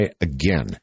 again